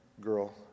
girl